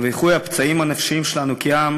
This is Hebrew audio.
ואיחוי הפצעים הנפשיים שלנו כעם,